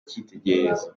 icyitegererezo